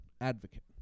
advocate